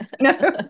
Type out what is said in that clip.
No